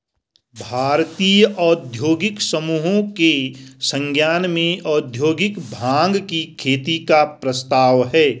भारतीय औद्योगिक समूहों के संज्ञान में औद्योगिक भाँग की खेती का प्रस्ताव है